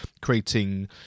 creating